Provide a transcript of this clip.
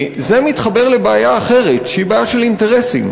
זה מתחבר לבעיה אחרת, שהיא בעיה של אינטרסים.